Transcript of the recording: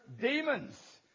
demons